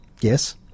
Yes